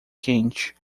quente